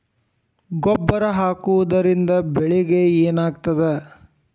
ಗೊಬ್ಬರ ಹಾಕುವುದರಿಂದ ಬೆಳಿಗ ಏನಾಗ್ತದ?